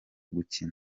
gukina